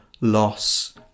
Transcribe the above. Loss